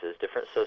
different